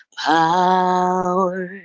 power